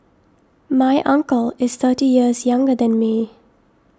my uncle is thirty years younger than me